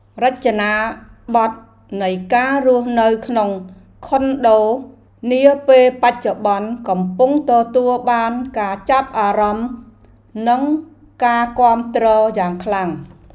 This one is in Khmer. រចនាបថនៃការរស់នៅក្នុងខុនដូនាពេលបច្ចុប្បន្នកំពុងទទួលបានការចាប់អារម្មណ៍និងការគាំទ្រយ៉ាងខ្លាំង។